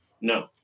No